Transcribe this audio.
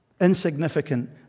Insignificant